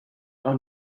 are